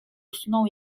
usunął